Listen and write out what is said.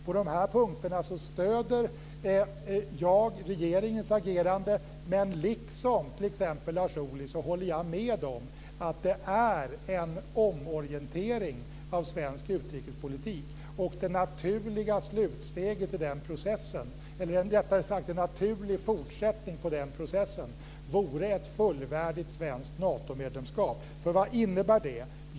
På de här punkterna stöder jag regeringens agerande, men jag håller med t.ex. Lars Ohly om att det är en omorientering av svensk utrikespolitik. Det naturliga slutsteget i den processen, eller rättare sagt en naturlig fortsättning på den processen, vore ett fullvärdigt svenskt Natomedlemskap. För vad innebär det?